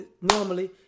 normally